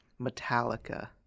Metallica